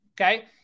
Okay